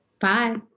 Bye